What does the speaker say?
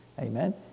Amen